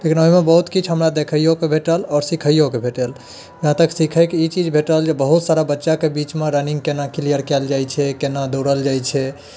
लेकिन ओहिमे हमरा बहुत किछु देखैयोके भेटल आओर सीखैयोके भेटल जहाँ तक सीखैके ई चीज भेटल जे बहुत सारा बच्चाके बीचमे रनिंग केना क्लीयर कयल जाइ छै केना दौड़ल जाइ छै